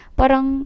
parang